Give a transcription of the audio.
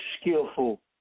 skillful